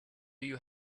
you